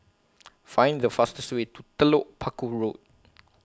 Find The fastest Way to Telok Paku Road